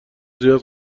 زیاد